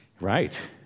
right